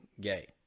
gay